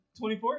24